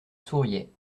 souriait